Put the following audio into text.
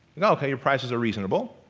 and oh, ok, your prices are reasonable.